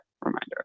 reminder